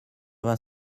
vingt